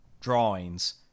drawings